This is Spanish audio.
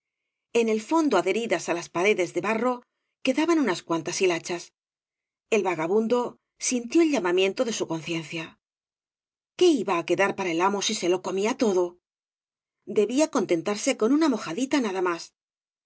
en el fondo adheridas á las paredes de barro quedaban unas cuantas hilachas el vaga bundo sintió el llamamiento de su conciencia qué iba á quedar para el amo si se lo comía todo debía contentarse con una mojadita nada más